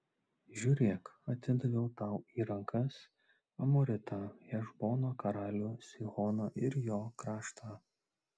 žiūrėk atidaviau tau į rankas amoritą hešbono karalių sihoną ir jo kraštą